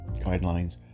guidelines